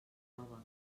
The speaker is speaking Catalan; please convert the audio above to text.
roba